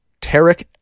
Tarek